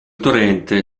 torrente